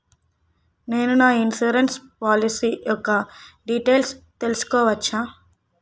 నేను నా insurance policy యెక్క డీటైల్స్ తెల్సుకోవచ్చా?